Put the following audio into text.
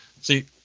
see